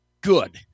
good